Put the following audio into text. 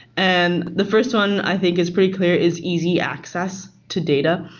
and the first one i think is pretty clear is easy access to data.